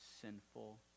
sinful